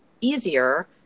easier